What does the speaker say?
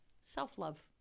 Self-love